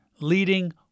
leading